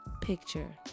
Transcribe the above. picture